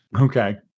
Okay